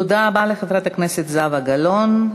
תודה רבה לחברת הכנסת זהבה גלאון.